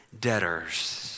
debtors